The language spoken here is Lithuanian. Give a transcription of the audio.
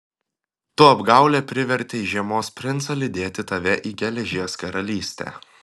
tu apgaule privertei žiemos princą lydėti tave į geležies karalystę